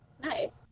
Nice